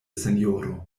sinjoro